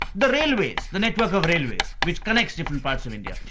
the railways, the network of railways which connects different parts of india.